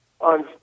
on